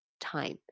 time